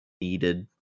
needed